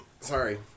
Sorry